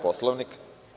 Poslovnika.